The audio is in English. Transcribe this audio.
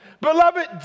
Beloved